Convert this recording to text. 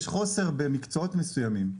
חוסר במקצועות מסוימים,